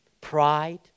pride